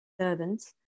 servants